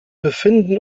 befinden